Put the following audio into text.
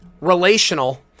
relational